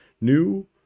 new